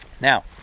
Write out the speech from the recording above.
now